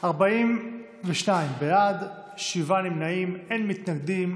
42 בעד, שבעה נמנעים, אין מתנגדים.